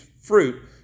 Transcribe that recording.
fruit